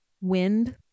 Wind